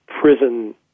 prison